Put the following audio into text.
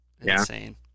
Insane